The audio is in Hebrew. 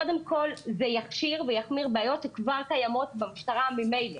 קודם כל זה יחמיר בעיות שכבר קיימות במשטרה ממילא.